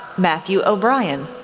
matthew o'brien,